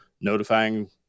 notifying